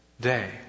day